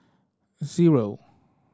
zero